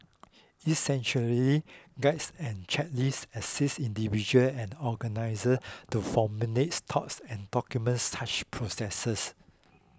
essentially guides and checklists assist and organisers to formalise thoughts and documents such processes